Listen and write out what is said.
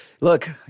look